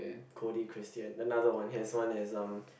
Cody Christian another one is his one is um